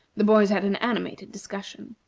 the boys had an animated discussion.